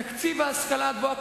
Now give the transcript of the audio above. תקציב ההשכלה הגבוהה,